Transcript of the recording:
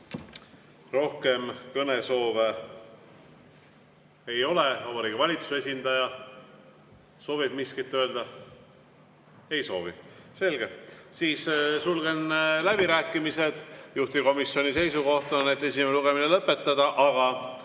Rohkem kõnesoove ei ole. Kas Vabariigi Valitsuse esindaja soovib miskit öelda? Ei soovi. Selge, siis sulgen läbirääkimised. Juhtivkomisjoni seisukoht on, et esimene lugemine [tuleb] lõpetada, aga